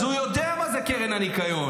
אז הוא יודע מה זה קרן הניקיון,